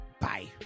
Bye